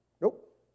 Nope